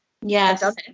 Yes